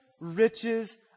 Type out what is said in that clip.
riches